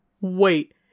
Wait